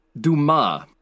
Dumas